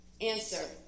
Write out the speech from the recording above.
Answer